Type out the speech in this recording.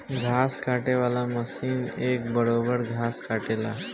घास काटे वाला मशीन एक बरोब्बर घास काटेला